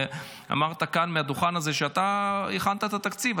ואמרת כאן מהדוכן הזה שאתה הכנת את התקציב,